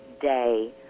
day